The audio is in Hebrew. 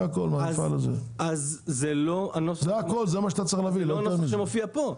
זה מה שאתה צריך להביא, לא יותר מזה.